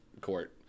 court